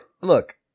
look